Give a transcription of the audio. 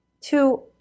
two